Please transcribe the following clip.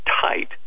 tight